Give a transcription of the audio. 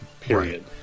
period